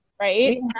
right